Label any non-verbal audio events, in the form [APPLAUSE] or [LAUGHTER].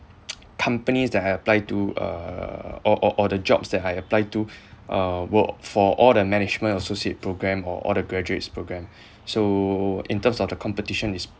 [NOISE] companies that I apply to uh or or or the jobs that I apply to uh work for all the management associate program or all the graduates program so in terms of the competition it's